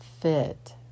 fit